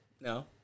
no